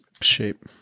Shape